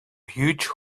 huge